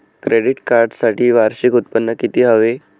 Credit कार्डसाठी वार्षिक उत्त्पन्न किती हवे?